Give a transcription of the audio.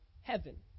heaven